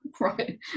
right